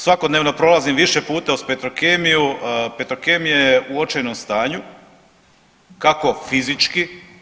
Svakodnevno prolazim više puta uz Petrokemiju, Petrokemija je u očajnom stanju kako fizički.